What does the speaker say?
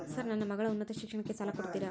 Sir ನನ್ನ ಮಗಳ ಉನ್ನತ ಶಿಕ್ಷಣಕ್ಕೆ ಸಾಲ ಕೊಡುತ್ತೇರಾ?